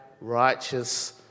righteous